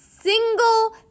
single